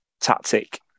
tactic